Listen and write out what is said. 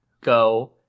go